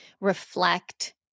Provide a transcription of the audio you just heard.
reflect